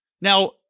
Now